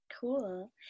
Cool